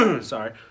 Sorry